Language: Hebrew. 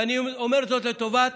ואני אומר זאת לטובת